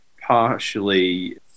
partially